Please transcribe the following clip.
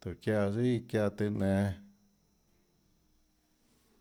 tóhå çiáã raâ tsùà çiã çiáã tùâ nenã.